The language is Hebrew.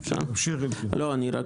לא ניתנה תשובה חיובית.